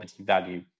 value